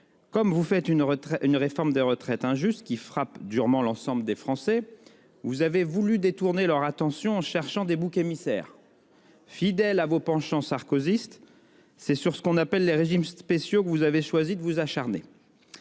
Comme vous faites une réforme des retraites injuste qui frappera durement l'ensemble des Français, vous avez voulu détourner leur attention, en cherchant des boucs émissaires. Fidèles à vos penchants sarkozystes, c'est sur ce qu'on appelle les régimes spéciaux que vous avez choisi de vous acharner.